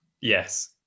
Yes